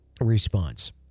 response